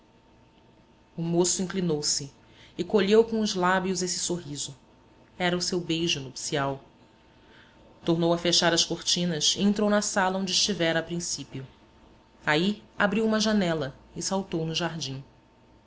o moço inclinou-se e colheu com os lábios esse sorriso era o seu beijo nupcial tornou a fechar as cortinas e entrou na sala onde estivera a princípio aí abriu uma janela e saltou no jardim